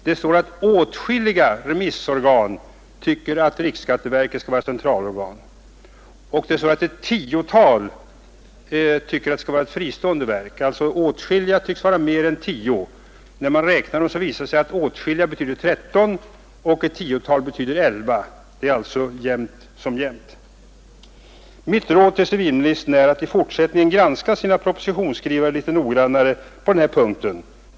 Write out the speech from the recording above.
Det står att åtskilliga remissorgan anser att riksskatteverket skall vara centralorgan och att ett tiotal anser att ett fristående verk skall vara centralorgan. ”Åtskilliga” tycks vara mer än tio, och när man räknar dem visar det sig att ”åtskilliga” betyder tretton och ”ett tiotal” betyder elva; det är alltså nästan samma antal. Mitt råd till civilministern är att han i fortsättningen skall granska sina propositionsskrivare litet noggrannare på den här punkten.